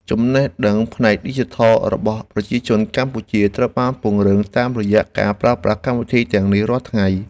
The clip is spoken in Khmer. ចំណេះដឹងផ្នែកឌីជីថលរបស់ប្រជាជនកម្ពុជាត្រូវបានពង្រឹងតាមរយៈការប្រើប្រាស់កម្មវិធីទាំងនេះរាល់ថ្ងៃ។